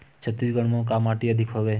छत्तीसगढ़ म का माटी अधिक हवे?